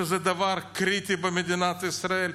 שזה דבר קריטי במדינת ישראל,